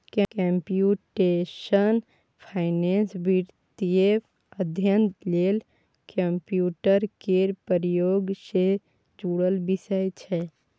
computational finance वित्तीय अध्ययन लेल कंप्यूटर केर प्रयोग सँ जुड़ल विषय छै